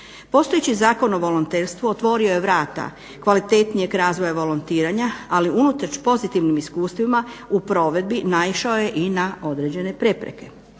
Postojeći Zakon o volonterstvu otvorio je vrata kvalitetnijeg razvoja volontiranja, ali unatoč pozitivnim iskustvima u provedbi naišao je i na određene prepreke.